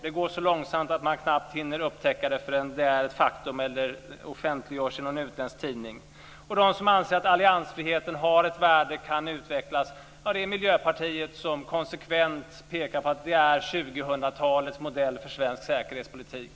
Det går så långsamt att man knappt hinner upptäcka det förrän det är ett faktum eller offentliggörs i någon utländsk tidning. Anser man att alliansfriheten har ett värde och kan utvecklas är det Miljöpartiet som konsekvent pekar på att det är 2000-talets modell för svensk säkerhetspolitik.